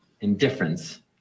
indifference